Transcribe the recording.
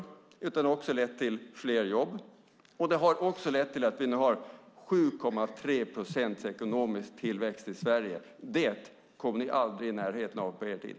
Det har också lett till fler jobb och att vi nu har 7,3 procents ekonomisk tillväxt i Sverige. Det kom ni aldrig i närheten av på er tid.